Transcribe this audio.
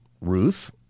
Ruth